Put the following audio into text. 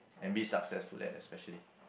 and be successful that especially